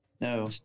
No